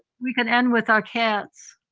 we can end with our cats.